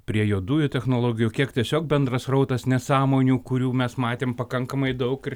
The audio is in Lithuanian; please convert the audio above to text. prie juodųjų technologijų kiek tiesiog bendras srautas nesąmonių kurių mes matėm pakankamai daug ir